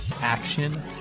action